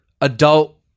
adult